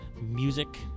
music